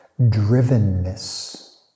drivenness